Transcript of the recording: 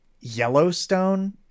yellowstone